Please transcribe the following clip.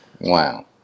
Wow